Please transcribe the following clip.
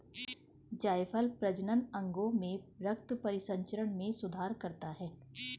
जायफल प्रजनन अंगों में रक्त परिसंचरण में सुधार करता है